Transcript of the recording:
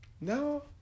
no